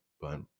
But-